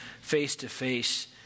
face-to-face